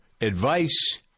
advice